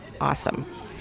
awesome